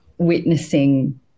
Witnessing